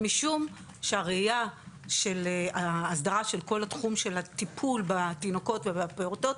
משום שהראייה של ההסדרה של כל התחום של הטיפול בתינוקות ובפעוטות,